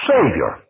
Savior